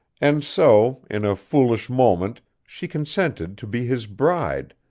and so, in a foolish moment she consented to be his bride,